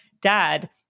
dad